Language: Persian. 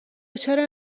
چرا